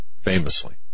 famously